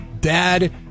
dad